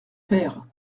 père